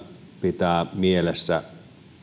pitää mielessä että